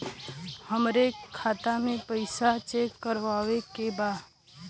हमरे खाता मे पैसा चेक करवावे के बा?